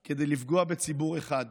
אני יושבת ואני רואה מה היא עוברת,